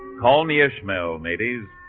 call me ishmael mateys